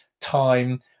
time